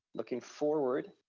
looking forward.